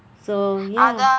so ya